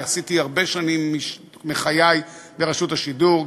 עשיתי הרבה שנים מחיי ברשות השידור,